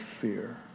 fear